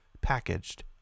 packaged